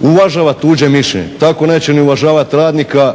uvažava tuđe mišljenje, tako neće ni uvažavati radnika